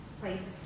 places